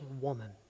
woman